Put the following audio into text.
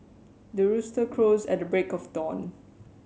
the rooster crows at the break of dawn